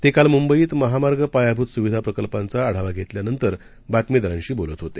ते काल मुंबईत महामार्ग पायाभूत सुविधा प्रकल्पांचा आढावा धेतल्यानंतर बातमीदारांशी बोलत होते